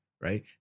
right